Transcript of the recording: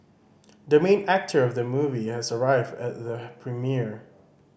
the main actor of the movie has arrived at the premiere